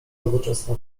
nowoczesna